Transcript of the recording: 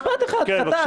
משפט אחד קטן,